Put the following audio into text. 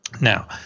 Now